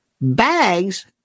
bags